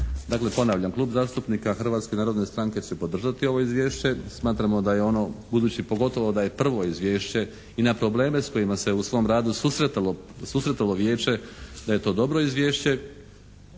Dakle, ponavljam, Klub zastupnika Hrvatske narodne stranke će podržati ovo izvješće. Smatramo da je ono, budući, pogotovo da je prvo izvješće, i na probleme s kojima se u svojem radu susretalo Vijeće, da je to dobro izvješće.